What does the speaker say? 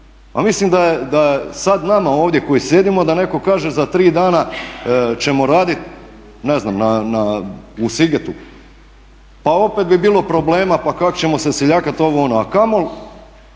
mislim da sada nama ovdje koji sjedimo da netko kaže za 3 dana ćemo raditi ne znam u Sigetu, pa opet bi bilo problema, pa kako ćemo se seljakati, ovo, ono a kamoli